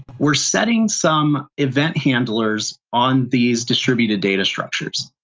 we're setting some event handlers on these distributed data structures.